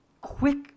quick